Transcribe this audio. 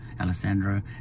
Alessandro